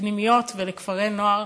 לפנימיות ולכפרי-נוער,